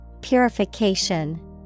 Purification